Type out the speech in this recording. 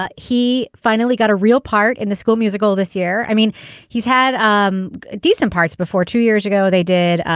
but he finally got a real part in the school musical this year. i mean he's had um decent parts before two years ago they did.